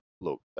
look